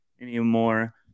anymore